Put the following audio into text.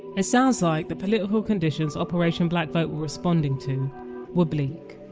it sounds like the political conditions operation black vote were responding to were bleak.